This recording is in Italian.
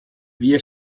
vie